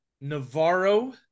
Navarro